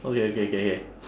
okay K K K